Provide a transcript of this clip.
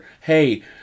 hey